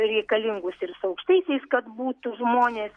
reikalingus ir su aukštaisiais kad būtų žmonės